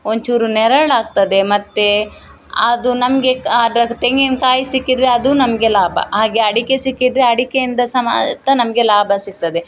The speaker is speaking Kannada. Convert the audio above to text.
ಒಂಚೂರು ನೆರಳಾಗ್ತದೆ ಮತ್ತು ಅದು ನಮಗೆ ಕಾ ಅದ್ರದು ತೆಂಗಿನಕಾಯಿ ಸಿಕ್ಕಿದರೆ ಅದು ನಮಗೆ ಲಾಭ ಹಾಗೆ ಅಡಿಕೆ ಸಿಕ್ಕಿದರೆ ಅಡಿಕೆಯಿಂದ ಸಮೇತ ನಮಗೆ ಲಾಭ ಸಿಗ್ತದೆ